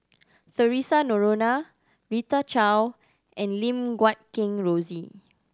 Theresa Noronha Rita Chao and Lim Guat Kheng Rosie